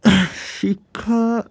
শিক্ষা